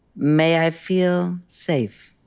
may i feel safe.